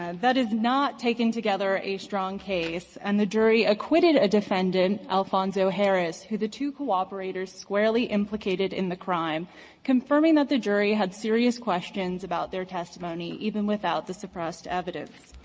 ah that is not taken together a strong case, and the jury acquitted a defendant, alphonso harris, who the two corroborators squarely implicated in the crime confirming that the jury had serious questions about their testimony even without the suppressed evidence.